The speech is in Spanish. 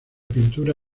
pintura